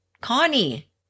Connie